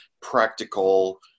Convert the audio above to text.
practical